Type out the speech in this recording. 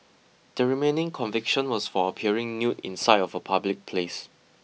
the remaining conviction was for appearing nude in sight of a public place